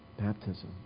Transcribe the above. baptism